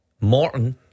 Morton